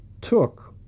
took